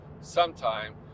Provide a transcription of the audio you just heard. sometime